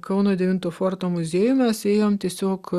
kauno devinto forto muziejų mes ėjom tiesiog